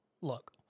look